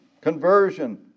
Conversion